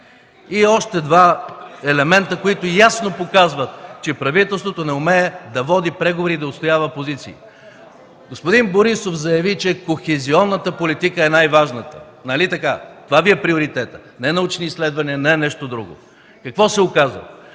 И още два елемента, които ясно показват, че правителството не умее да води преговори и да отстоява позиции. Господин Борисов заяви, че кохезионната политика е най-важната. Нали така? Това Ви е приоритетът, не научни изследвания, не нещо друго. Какво се оказа?